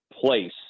place